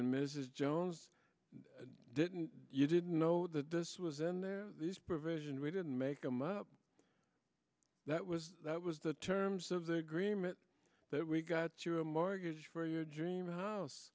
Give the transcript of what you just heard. and mrs jones didn't you didn't know that this was in there these provisions we didn't make them up that was that was the terms of the agreement that we got you a mortgage for your dream house